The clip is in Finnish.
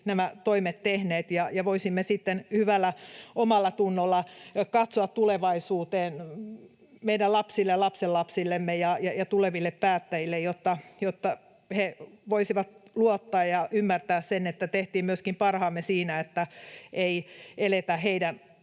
nämä toimet tehnyt, ja voisimme sitten hyvällä omallatunnolla katsoa tulevaisuuteen meidän lapsiamme ja lapsenlapsiamme ja tulevia päättäjiä, jotta he voisivat luottaa ja ymmärtää sen, että tehtiin myöskin parhaamme siinä, että ei eletä heidän